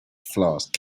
flask